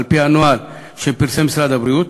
על-פי הנוהל שפרסם משרד הבריאות,